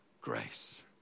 grace